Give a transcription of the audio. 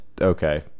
Okay